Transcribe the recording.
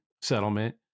settlement